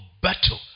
battle